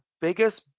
biggest